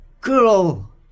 girl